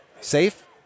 safe